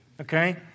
okay